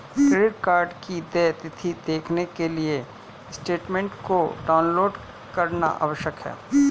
credit card की देय तिथी देखने के लिए स्टेटमेंट को डाउनलोड करना आवश्यक है